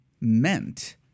meant